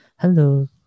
Hello